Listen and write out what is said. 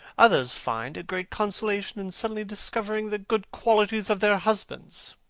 others find a great consolation in suddenly discovering the good qualities of their husbands.